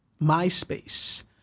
MySpace